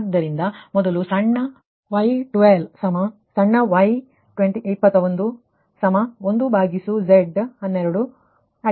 ಆದ್ದರಿಂದ ನೀವು ಮೊದಲು ಸಣ್ಣ y12 ಸಣ್ಣ y21 1Z12